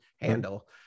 handle